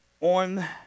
on